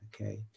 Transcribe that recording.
okay